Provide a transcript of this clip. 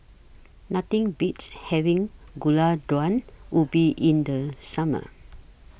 Nothing Beats having Gulai Daun Ubi in The Summer